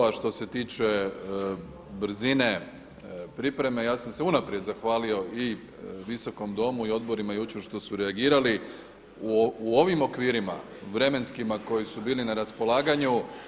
A što se tiče brzine pripreme, ja sam se unaprijed zahvalio i visokom Domu i odborima jučer što su reagirali u ovim okvirima vremenskima koji su bili na raspolaganju.